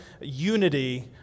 unity